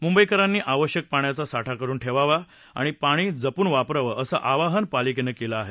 मुंबईकरांनी आवश्यक पाण्याचा साठा करून ठेवावा आणि पाणी जपून वापरावं असं आवाहन पालिकेनं केलं आहे